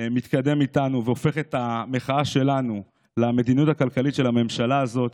אתה מתקדם איתנו והופך את המחאה שלנו למדיניות הכלכלית של הממשלה הזאת.